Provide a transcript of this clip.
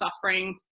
suffering